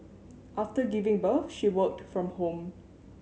after giving birth she worked from home